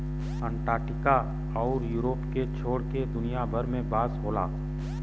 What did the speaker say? Antarctica आउर Europe के छोड़ के दुनिया भर में बांस होला